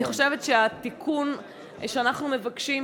אני חושבת שהתיקון שאנחנו מבקשים,